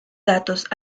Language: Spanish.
datos